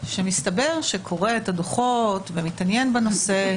מסתבר שקורא את הדוח ומתעניין בנושא.